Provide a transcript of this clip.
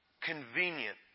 convenient